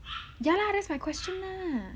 ya lah that's my question lah